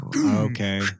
okay